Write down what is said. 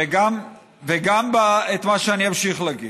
וגם את מה שאני אמשיך להגיד.